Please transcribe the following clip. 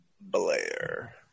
Blair